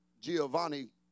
Giovanni